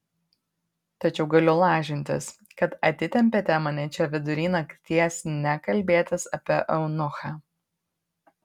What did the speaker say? tačiau galiu lažintis kad atitempėte mane čia vidury nakties ne kalbėtis apie eunuchą